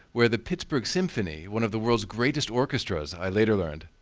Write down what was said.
where the pittsburgh symphony, one of the world's greatest orchestras, i later learned,